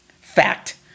Fact